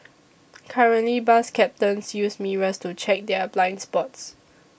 currently bus captains use mirrors to check their blind spots